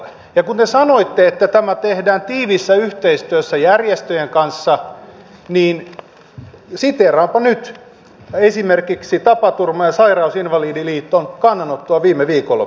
ja kun te sanoitte että tämä tehdään tiiviissä yhteistyössä järjestöjen kanssa niin siteeraanpa nyt esimerkiksi tapaturma ja sairausinvalidien liiton kannanottoa viime viikonlopulta